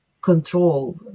control